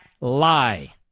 lie